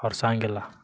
ಅವ್ರ ಸಾಂಗೆಲ್ಲ